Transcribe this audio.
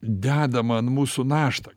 deda man mūsų naštą